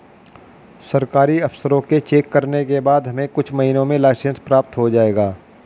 सरकारी अफसरों के चेक करने के बाद हमें कुछ महीनों में लाइसेंस प्राप्त हो जाएगा